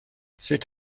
sut